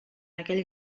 aquell